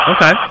Okay